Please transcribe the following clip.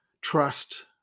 trust